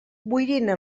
boirina